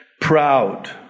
proud